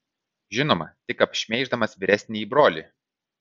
žinoma tik apšmeiždamas vyresnįjį brolį